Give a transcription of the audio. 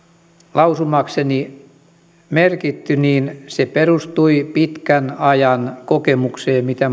lausumakseni merkitty perustui pitkän ajan kokemukseen mitä